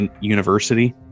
university